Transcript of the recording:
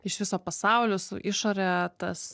iš viso pasauliu su išore tas